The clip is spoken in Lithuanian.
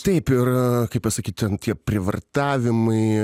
taip ir kaip pasakyt ten tie prievartavimai